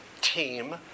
team